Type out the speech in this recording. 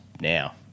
now